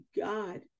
god